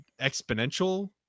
exponential